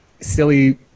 silly